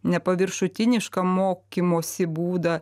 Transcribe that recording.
nepaviršutinišką mokymosi būdą